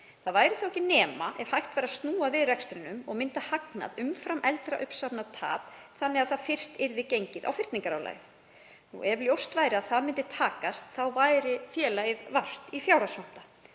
Það væri ekki nema ef hægt væri að snúa við rekstrinum og mynda hagnað umfram eldra uppsafnað tap þannig að þá fyrst yrði gengið á fyrningarálagið. Ef ljóst væri að það myndi takast þá væri félag vart í fjárhagsvanda,